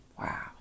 Wow